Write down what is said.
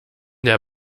der